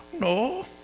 No